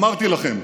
אמרתי לכם,